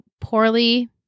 poorly